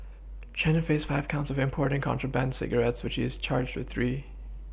Chen faced five counts of importing contraband cigarettes which he was charged with three